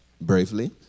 briefly